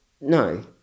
No